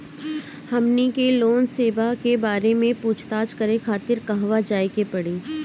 हमनी के लोन सेबा के बारे में पूछताछ करे खातिर कहवा जाए के पड़ी?